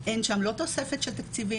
אין שם לא תוספת של תקציבים,